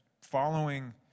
following